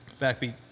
Backbeat